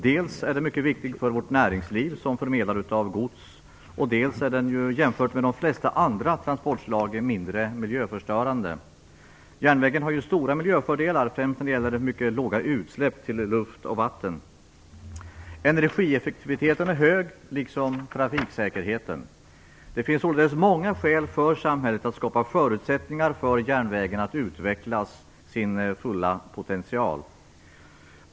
Dels är den mycket viktig för vårt näringsliv som förmedlare av gods, dels är den jämfört med de flesta andra transportslag mindre miljöförstörande. Järnvägen har stora miljöfördelar, främst när det gäller mycket låga utsläpp till luft och vatten. Energieffektiviteten är hög liksom trafiksäkerheten. Det finns således många skäl för samhället att skapa förutsättningar för järnvägen att utveckla sin fulla potential.